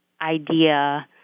idea